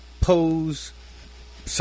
pose